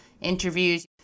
interviews